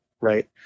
right